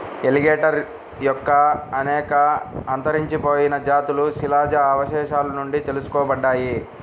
alligator యొక్క అనేక అంతరించిపోయిన జాతులు శిలాజ అవశేషాల నుండి తెలుసుకోబడ్డాయి